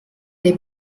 dei